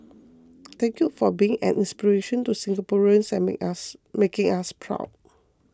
thank you for being an inspiration to Singaporeans and make us making us proud